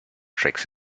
tricks